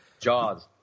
Jaws